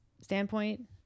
standpoint